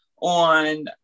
on